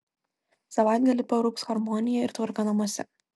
savaitgalį parūps harmonija ir tvarka namuose